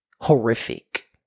Horrific